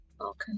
okay